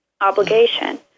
Obligation